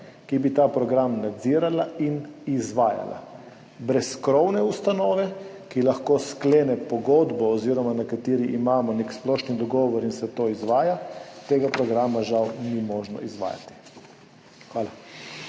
ki bi ta program nadzirala in izvajala. Brez krovne ustanove, ki lahko sklene pogodbo oziroma na kateri imamo nek splošni dogovor in se to izvaja, tega programa žal ni možno izvajati. Hvala.